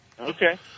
Okay